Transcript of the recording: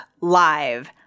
Live